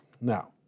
now